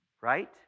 right